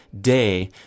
day